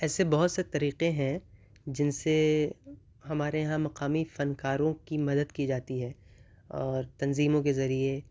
ایسے بہت سے طریقے ہیں جن سے ہمارے یہاں مقامی فنکاروں کی مدد کی جاتی ہے اور تنظیموں کے ذریعے